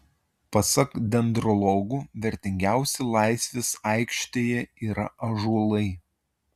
pasak dendrologų vertingiausi laisvės aikštėje yra ąžuolai